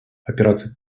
операций